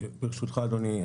ברשותך אדוני,